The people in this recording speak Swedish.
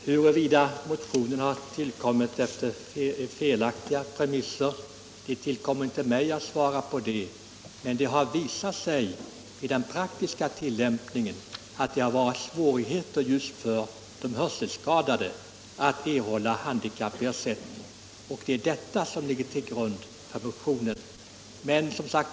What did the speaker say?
Herr talman! Huruvida motionen grundar sig på felaktiga premisser tillkommer det inte mig att bedöma. Men det kommer sannolikt att visa sig i den praktiska tillämpningen att svårigheter föreligger för de hörselskadade att erhålla handikappersättning. Det är detta som ligger till grund för motionen.